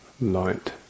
light